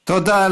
תודה.